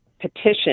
petition